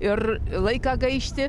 ir laiką gaišti